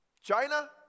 China